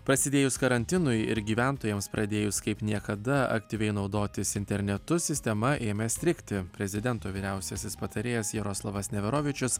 prasidėjus karantinui ir gyventojams pradėjus kaip niekada aktyviai naudotis internetu sistema ėmė strigti prezidento vyriausiasis patarėjas jaroslavas neverovičius